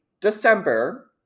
December